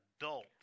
adult